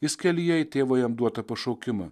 jis kelyje į tėvo jam duotą pašaukimą